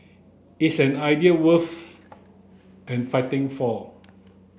is an idea worth and fighting for